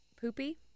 Poopy